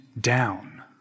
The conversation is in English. down